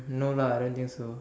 no lah I don't think so